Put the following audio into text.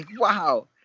wow